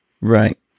Right